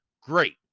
great